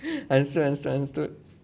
understood understood understood